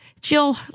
Jill